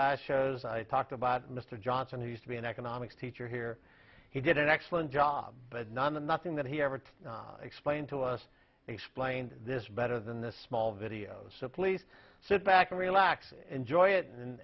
last shows i talked about mr johnson who used to be an economics teacher here he did an excellent job but none and nothing that he ever to explain to us explained this better than the small videos so please sit back relax enjoy it and